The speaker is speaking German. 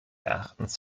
erachtens